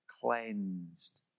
cleansed